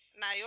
na